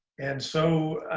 and so